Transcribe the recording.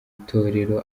itorero